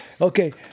Okay